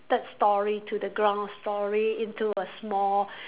third storey to the ground storey into a small